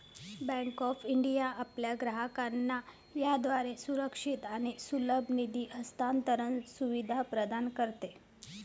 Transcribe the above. bank of India आपल्या ग्राहकांना याद्वारे सुरक्षित आणि सुलभ निधी हस्तांतरण सुविधा प्रदान करते